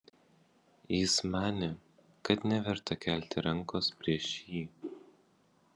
jis manė kad neverta kelti rankos prieš jį